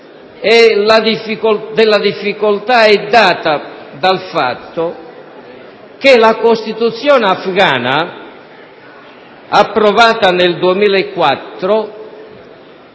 colleghi, è data dal fatto che la Costituzione afghana, approvata nel 2004,